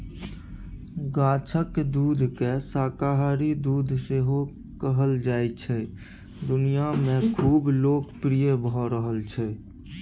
गाछक दुधकेँ शाकाहारी दुध सेहो कहल जाइ छै दुनियाँ मे खुब लोकप्रिय भ रहल छै